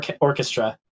orchestra